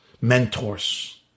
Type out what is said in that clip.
mentors